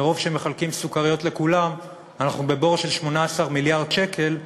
מרוב שמחלקים סוכריות לכולם אנחנו בבור של 18 מיליארד שקל,